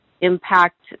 impact